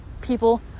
people